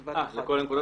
בבקשה.